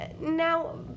Now